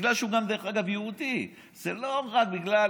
בגלל שהוא יהודי, ולא רק בגלל,